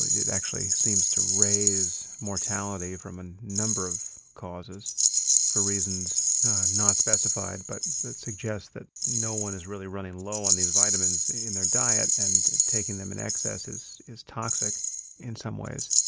it actually seems to raise mortality from a number of causes for reasons not specified, but suggest that no one is really running low on these vitamins in their diet and taking them in excesses is toxic in some ways.